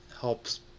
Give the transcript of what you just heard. helps